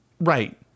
Right